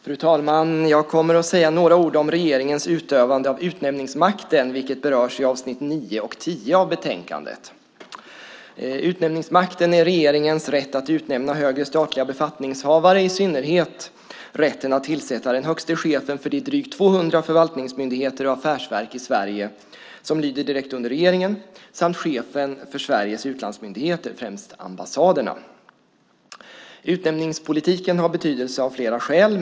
Fru talman! Jag kommer att säga några ord om regeringens utövande av utnämningsmakten, vilket berörs i avsnitt 9 och 10 i betänkandet. Utnämningsmakten är regeringens rätt att utnämna högre statliga befattningshavare, i synnerhet rätten att tillsätta den högsta chefen för de drygt 200 förvaltningsmyndigheter och affärsverk i Sverige som lyder direkt under regeringen samt chefen för Sveriges utlandsmyndigheter, främst ambassaderna. Utnämningspolitiken har betydelse av flera skäl.